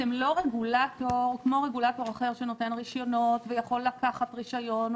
אתם לא רגולטור כמו רגולטור אחר שנותן רישיונות ויכול לקחת רישיון,